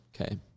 Okay